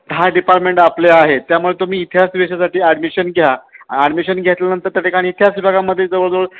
दहा डिपार्टमेंट आपल्या आहेत त्यामुळे तुम्ही इतिहास विषयासाठी ॲडमिशन घ्या आणि ॲडमिशन घेतल्यानंतर त्या ठिकाणी इतिहास विभागामध्ये जवळजवळ